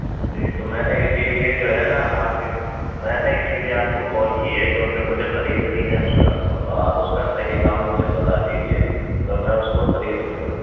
جی تو میں نے اسی لیے جو ہے نا آپ کے میں نے اسی لیے آپ کو کال کی ہے کیونکہ مجھے خریدنی ہے اس کار کو تو آپ اس کا صحیح دام مجھے بتا دیجیے تو میں اس کو خرید لوں گا